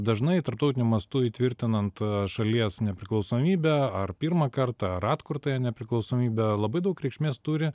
dažnai tarptautiniu mastu įtvirtinant šalies nepriklausomybę ar pirmą kartą ar atkurtąją nepriklausomybę labai daug reikšmės turi